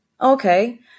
Okay